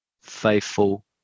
faithful